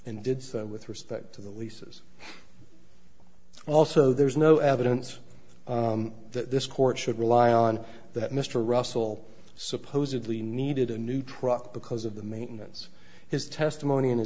and did so with respect to the leases also there is no evidence that this court should rely on that mr russell supposedly needed a new truck because of the maintenance his testimony in